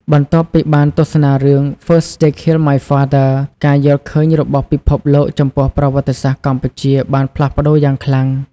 បន្ទាប់ពីបានទស្សនារឿង First They Killed My Father ការយល់ឃើញរបស់ពិភពលោកចំពោះប្រវត្តិសាស្ត្រកម្ពុជាបានផ្លាស់ប្ដូរយ៉ាងខ្លាំង។